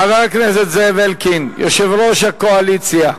חבר הכנסת זאב אלקין, יושב-ראש הקואליציה,